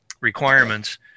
requirements